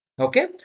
okay